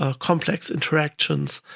ah complex interactions.